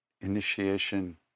initiation